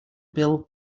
bill